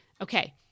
Okay